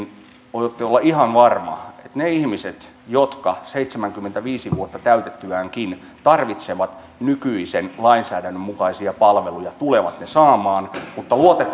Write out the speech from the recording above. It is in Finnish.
voitte olla ihan varma että ne ihmiset jotka seitsemänkymmentäviisi vuotta täytettyäänkin tarvitsevat nykyisen lainsäädännön mukaisia palveluja tulevat ne saamaan mutta luotetaan nyt kuntiin ja